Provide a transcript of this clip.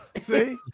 See